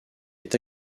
est